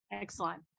Excellent